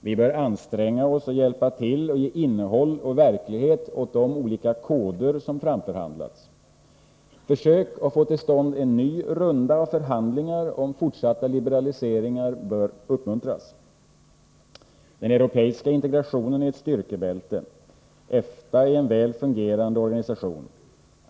Vi bör anstränga oss att hjälpa till att ge innehåll och verklighet åt de olika koder som framförhandlats. Försök att få till stånd en ny runda av förhandlingar om fortsatta liberaliseringar bör uppmuntras. Den europeiska integrationen är ett styrkebälte. EFTA är en väl fungerande organisation.